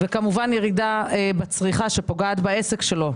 וכמובן ירידה בצריכה שפוגעת בעסק שלו,